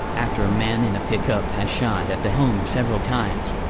after a man in a pickup had shot at the home several times.